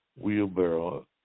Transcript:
wheelbarrow